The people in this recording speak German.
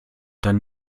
dann